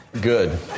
good